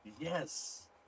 Yes